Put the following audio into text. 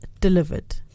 delivered